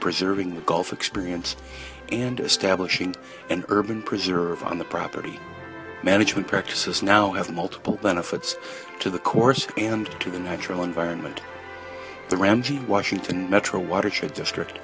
preserving the gulf experience and establishing an urban preserve on the property management practices now as a multiple benefits to the course and to the natural environment the ramsey washington metro watershed district